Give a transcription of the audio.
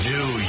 New